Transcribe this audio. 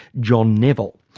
john nevile.